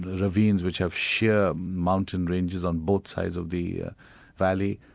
ravines which have sheer mountain ranges on both sides of the ah valley,